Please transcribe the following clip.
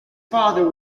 father